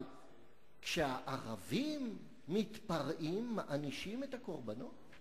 אבל כשהערבים מתפרעים מענישים את הקורבנות?